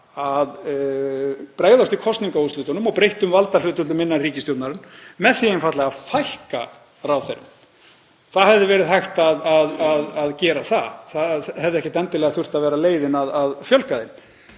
að bregðast við kosningaúrslitunum og breyttum valdahlutföllum innan ríkisstjórnarinnar með því einfaldlega að fækka ráðherrum. Það hefði verið hægt að gera það. Það hefði ekkert endilega þurft að vera leiðin að fjölga þeim.